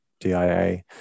DIA